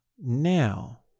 now